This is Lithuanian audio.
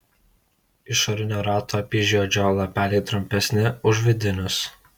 išorinio rato apyžiedžio lapeliai trumpesni už vidinius